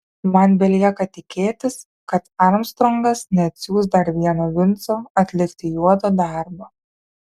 man belieka tikėtis kad armstrongas neatsiųs dar vieno vinco atlikti juodo darbo